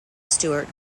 stewart